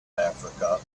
africa